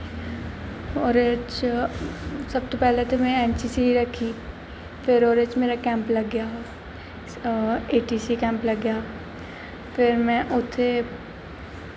होर एह्दे च सब तो पैह्लें में एन सी सी रखी फिर ओह्दे बिच मेरा कैंप लग्गेआ हा ए टी सी कैंप लग्गेआ हा फिर में उत्थें